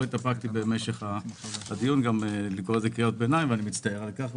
התאפקתי במהלך הדיון לא לקרוא קריאות ביניים ואני מצטער על כך,